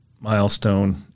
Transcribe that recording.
milestone